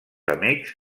amics